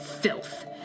filth